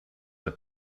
were